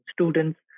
students